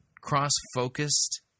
cross-focused